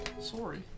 Sorry